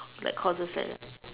like courses set